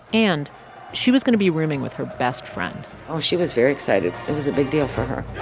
and she was going to be rooming with her best friend oh, she was very excited. it was a big deal for her